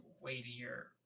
weightier